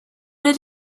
did